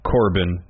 Corbin